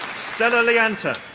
stella lianta.